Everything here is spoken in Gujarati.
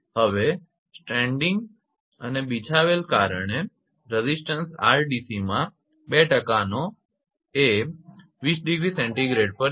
હવે સ્ટ્રેન્ડિંગ અને બિછાવેલા કારણે રેઝિસ્ટન્સ 𝑅𝑑𝑐 માં 2 ટકાનો એ 20°𝐶 પર છે